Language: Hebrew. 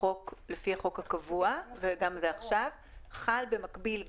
החוק הישראלי וגם החוק האירופאי חלים במקביל,